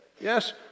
Yes